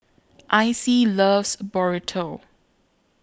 Icey loves Burrito